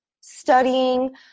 studying